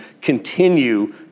continue